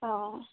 অঁ